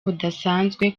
budasanzwe